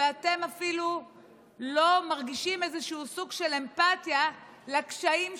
ואתם אפילו לא מרגישים איזשהו סוג של אמפתיה לקשיים שלהם,